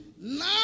now